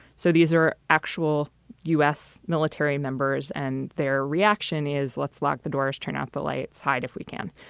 so these are actual u s. military members and their reaction is, let's lock the doors, turn out the lights, hide if we can,